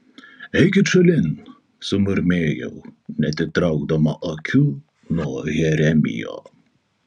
eikit šalin sumurmėjau neatitraukdama akių nuo jeremijo